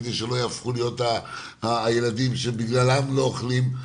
כדי שלא יהפכו להיות הילדים שבגללם לא אוכלים.